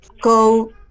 go